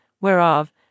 whereof